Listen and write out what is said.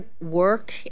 work